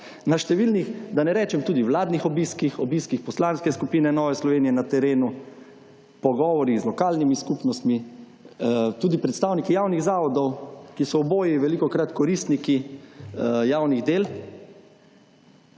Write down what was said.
na številnih, da ne rečem tudi vladnih obiskih, obiskih poslanske skupine Nove Slovenije na terenu, pogovori z lokalnimi skupnostmi, tudi predstavniki javnih zavodov, ki so oboji velikokrat koristniki javnih del,